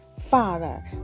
father